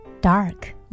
Dark